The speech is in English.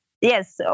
Yes